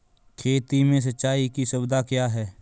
खेती में सिंचाई की सुविधा क्या है?